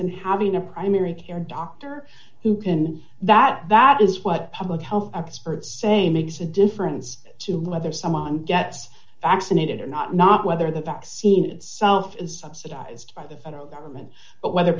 and having a primary care doctor who can that that is what public health experts say makes a difference to whether someone gets vaccinated or not not whether the vaccine itself is subsidized by the federal government but whether